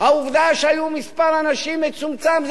העובדה שהיה מספר אנשים מצומצם,